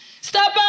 stop